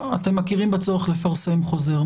אתם מכירים בצורך לפרסם חוזר.